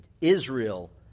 Israel